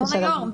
כבוד היו"ר,